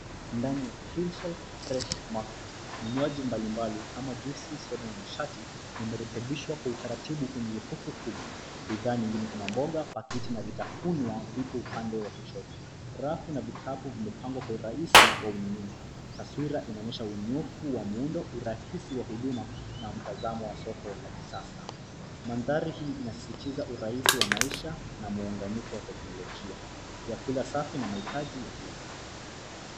Ndani ya Cleanshelf Fresh Market vinywaji mbalimbali kama jwisi, soda na nishati vimerekebishwa kwa utaratibu kwenye jokofu kubwa. Bidhaa nyingine kama mboga, pakiti na vitafunwa vipo upande wa kushoto. Rafu na vikapu vimepangwa kwa urahisi wa ununuzi. Taswira inaonyesha unyoofu wa muundo, urahisi wa huduma na mtazamo wa soko la kisasa. Mandhari hii inasisitiza urahisi wa maisha na muunganiko wa teknolojia, vyakula safi na mahitaji ya kila siku.